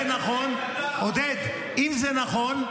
עודד, אם זה נכון,